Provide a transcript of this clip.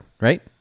right